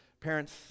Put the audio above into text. Parents